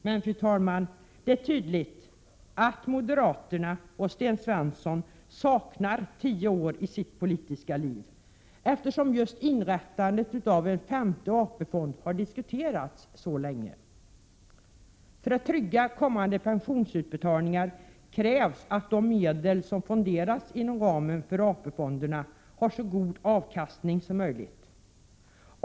Men, fru talman, det är tydligt att moderaterna och Sten Svensson saknar tio år i sitt politiska liv, eftersom just inrättandet av en femte AP-fond har diskuterats så länge. För att trygga kommande pensionsutbetalningar krävs att de medel som fonderas inom ramen för AP-fonderna har så god avkastning som möjligt.